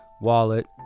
wallet